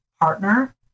partner